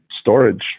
storage